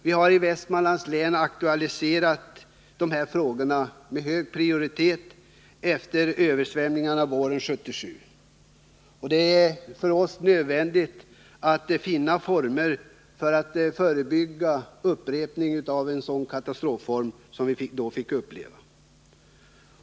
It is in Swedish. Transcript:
Vi har i Västmanlands län aktualiserat dessa frågor med hög prioritet efter översvämningarna våren 1977. Det är nödvändigt för oss att finna former för att förebygga en upprepning av en sådan katastrof som vi då fick uppleva.